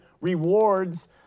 rewards